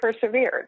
persevered